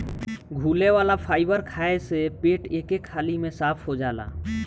घुले वाला फाइबर खाए से पेट एके हाली में साफ़ हो जाला